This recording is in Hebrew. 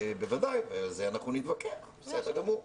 בוודאי, ועל זה אנחנו נתווכח, בסדר גמור.